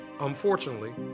Unfortunately